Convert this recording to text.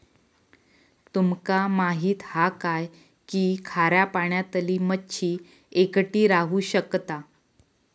तुमका माहित हा काय की खाऱ्या पाण्यातली मच्छी एकटी राहू शकता